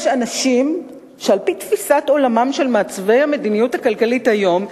יש אנשים שעל-פי תפיסת עולמם של מעצבי המדיניות הכלכלית היום,